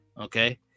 Okay